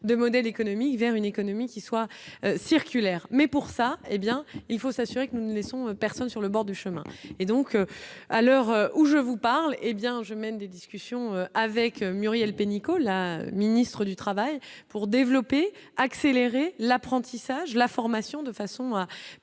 de modèle économique vers une économie qui soit circulaire mais pour ça, hé bien il faut s'assurer que nous ne laissons personne sur le bord du chemin et donc à l'heure où je vous parle, hé bien je mène des discussions avec Muriel Pénicaud, la ministre du Travail pour développer accélérer l'apprentissage, la formation, de façon